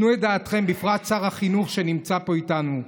תנו את דעתכם, בפרט שר החינוך שנמצא פה איתנו.